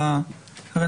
יש התראות שווא?